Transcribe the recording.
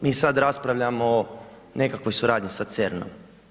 Mi sad raspravljamo o nekakvoj suradnji sa CERN-om.